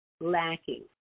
lacking